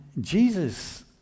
Jesus